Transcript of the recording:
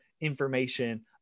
information